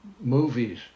movies